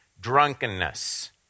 drunkenness